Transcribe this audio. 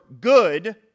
good